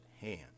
hand